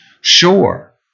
sure